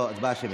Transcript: הצבעה שמית.